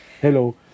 hello